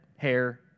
hair